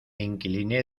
incliné